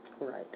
Right